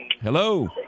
Hello